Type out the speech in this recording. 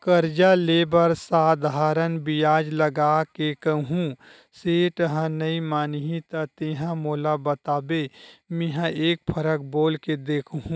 करजा ले बर साधारन बियाज लगा के कहूँ सेठ ह नइ मानही त तेंहा मोला बताबे मेंहा एक फरक बोल के देखहूं